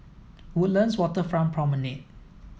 Woodlands Waterfront Promenade